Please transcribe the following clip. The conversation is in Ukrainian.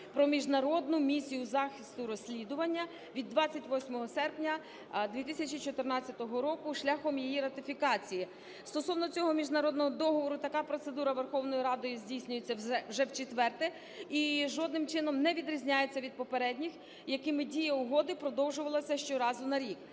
про Міжнародну місію захисту розслідування від 28 серпня 2014 року шляхом її ратифікації. Стосовно цього міжнародного договору така процедура Верховною Радою здійснюється вже вчетверте і жодним чином не відрізняється від попередніх, якими дія угоди продовжувалась щоразу на рік.